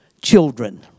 children